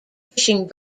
fishing